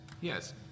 Yes